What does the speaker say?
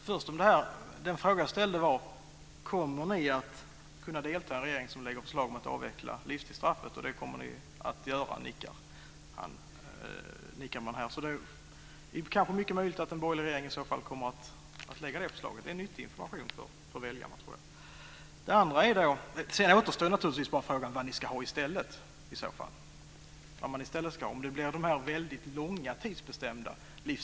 Fru talman! Den fråga som jag ställde var: Kommer ni att kunna delta i en regering som lägger fram ett förslag om att avveckla livstidsstraffet? Jeppe Johnsson nickar. Det kommer ni alltså att göra. Det är alltså kanske mycket möjligt att en borgerlig regering kommer att lägga fram ett sådant förslag. Jag tror att det är en nyttig information för väljarna. Då återstår naturligtvis frågan vad ni ska sätta in i stället. Blir det väldigt långa tidsbestämda straff?